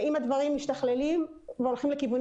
ואם הדברים משתכללים והולכים לכיוונים